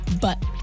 but-